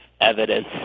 evidence